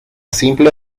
simple